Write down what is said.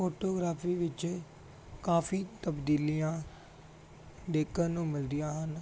photography ਵਿੱਚ ਕਾਫੀ ਤਬਦੀਲੀਆਂ ਦੇਖਣ ਨੂੰ ਮਿਲਦੀਆਂ ਹਨ